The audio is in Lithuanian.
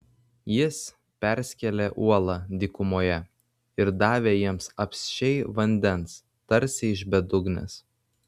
jis perskėlė uolą dykumoje ir davė jiems apsčiai vandens tarsi iš bedugnės